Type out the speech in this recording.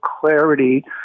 clarity